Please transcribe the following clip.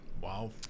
Wow